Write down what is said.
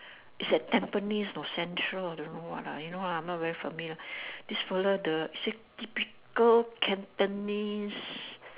is at tampines know central or don't know what ah you know lah I'm not very familiar this fella the sit typical cantonese